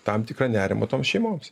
tam tikrą nerimą toms šeimoms